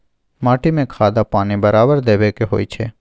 माटी में खाद आ पानी बराबर देबै के होई छै